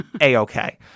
A-OK